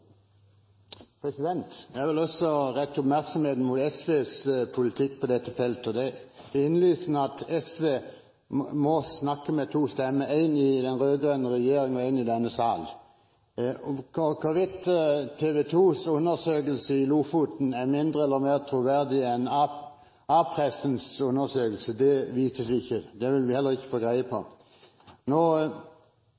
innlysende at SV må snakke med to stemmer, én i den rød-grønne regjeringen, og én i denne sal. Hvorvidt TV 2s undersøkelse i Lofoten er mindre eller mer troverdig enn A-pressens undersøkelse, vites ikke; det vil vi heller ikke få greie på.